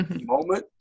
moment